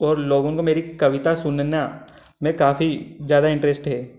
और लोगों को मेरी कविता सुनना में काफ़ी ज़्यादा इंटरेस्ट है